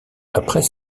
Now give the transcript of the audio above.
après